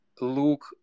look